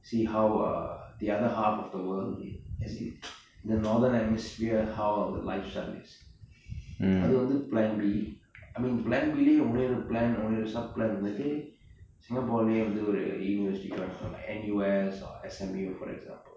see how uh the other half of the world is the northern atmosphere how the lifestyle is அது வந்து:athu vanthu plan b I mean plan b இன்னொரு:innoru plan இன்னொரு:innoru sub plan வந்துட்டு:vanthuttu singapore ஒறு:oru university join பன்னலாம்:pannalaam N_U_S or S_M_U for example